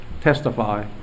testify